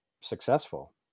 successful